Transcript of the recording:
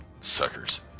suckers